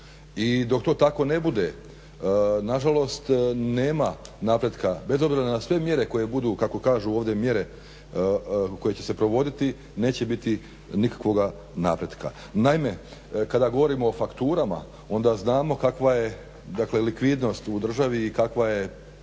i dok to tako ne bude nažalost nema napretka bez obzira na sve mjere koje budu kako kažu ovdje mjere koje će se provoditi neće biti nikakvoga napretka. Naime kada govorimo o fakturama onda znamo kakva je dakle likvidnost u državi i kakva je